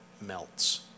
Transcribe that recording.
melts